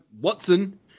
Watson